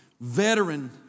veteran